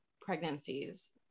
pregnancies